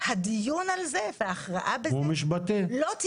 והשינויים האלה לא היו